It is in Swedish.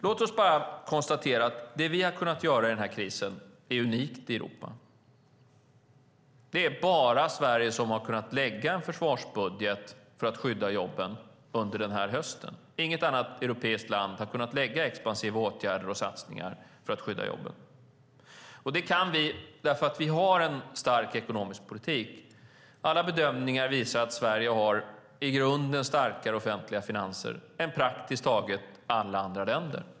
Låt oss konstatera att det vi har kunnat göra i den här krisen är unikt i Europa. Det är bara Sverige som har kunnat lägga fram en försvarsbudget för att skydda jobben under den här hösten. Inget annat europeiskt land har kunnat sätta in expansiva åtgärder och satsningar för att skydda jobben. Det kan vi göra därför att vi har en stark ekonomisk politik. Alla bedömningar visar att Sverige i grunden har starkare offentliga finanser än praktiskt taget alla andra länder.